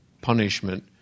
punishment